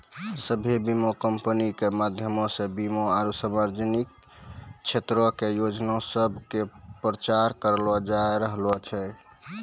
सभ्भे बीमा कंपनी के माध्यमो से बीमा आरु समाजिक क्षेत्रो के योजना सभ के प्रचार करलो जाय रहलो छै